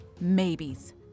maybes